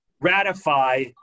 ratify